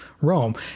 Rome